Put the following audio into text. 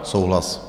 Souhlas.